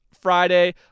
friday